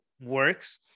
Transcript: works